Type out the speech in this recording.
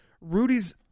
rudy's